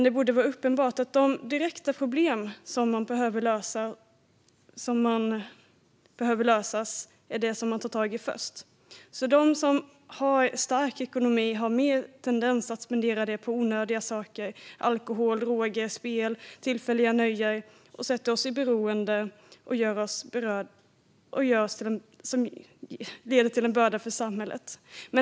Det borde vara uppenbart att de direkta problem som man behöver lösa är det som man tar tag i först. De som har stark ekonomi har mer tendens att spendera pengar på onödiga saker, som alkohol, droger, spel och tillfälliga nöjen. Det sätter oss i beroende och leder till en börda för samhället.